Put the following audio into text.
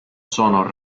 sono